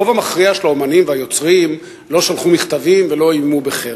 הרוב המכריע של האמנים והיוצרים לא שלחו מכתבים ולא איימו בחרם,